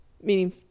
Meaning